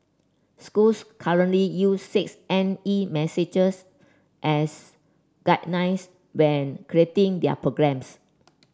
schools currently use six N E messages as guidelines when creating their programmes